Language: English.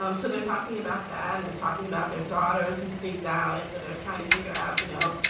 um so they're talking about that and they're talking about their daughters who speak down. and so there's trying to figure out, you know,